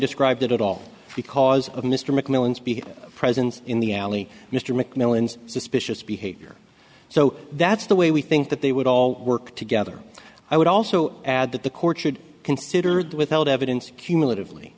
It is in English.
described it at all because of mr mcmillan's be present in the alley mr mcmillan's suspicious behavior so that's the way we think that they would all work together i would also add that the court should considered withheld evidence cumulatively